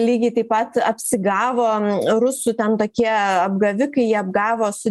lygiai taip pat apsigavo rusų ten tokie apgavikai apgavo su